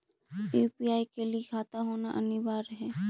UPI के लिए खाता होना अनिवार्य है?